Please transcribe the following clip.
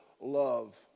love